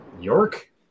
York